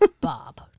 Bob